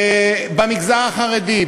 במגזר החרדי,